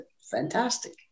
fantastic